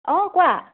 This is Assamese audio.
অ কোৱা